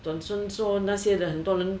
转身说那些的很多人